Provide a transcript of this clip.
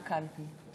מצביעה בנימין